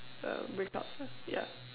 um breakouts lah yeah